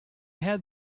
had